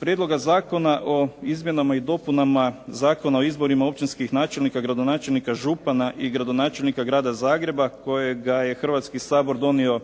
Prijedloga zakona o Izmjenama i dopunama Zakona o izborima općinskih načelnika, gradonačelnika, župana i gradonačelnika Grada Zagreba kojega je Hrvatski sabor donio 5.